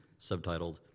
subtitled